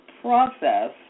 process